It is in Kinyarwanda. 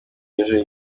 ijuru